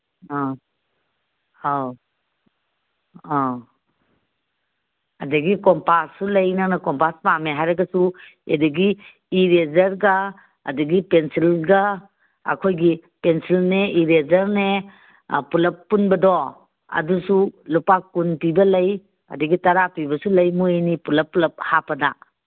ꯑꯥ ꯑꯧ ꯑꯧ ꯑꯗꯒꯤ ꯀꯣꯝꯄꯥꯁꯁꯨ ꯂꯩ ꯅꯪꯅ ꯀꯣꯝꯄꯥꯁ ꯄꯥꯝꯃꯦ ꯍꯥꯏꯔꯒꯁꯨ ꯑꯗꯒꯤ ꯏꯔꯦꯖꯔꯒ ꯄꯦꯟꯁꯤꯜꯒ ꯑꯩꯈꯣꯏꯒꯤ ꯄꯦꯟꯁꯤꯜꯅꯦ ꯏꯔꯦꯖꯔꯅꯦ ꯄꯨꯂꯞ ꯄꯨꯟꯕꯗꯣ ꯑꯗꯨꯁꯨ ꯂꯨꯄꯥ ꯀꯨꯟ ꯄꯤꯕ ꯂꯩ ꯑꯗꯒꯤ ꯇꯔꯥ ꯄꯤꯕꯁꯨ ꯂꯩ ꯃꯣꯏ ꯑꯅꯤ ꯄꯨꯂꯞ ꯄꯨꯂꯞ ꯍꯥꯞꯄꯗ